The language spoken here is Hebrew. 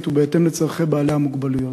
ובהתאם לצרכים של בעלי המוגבלויות.